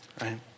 right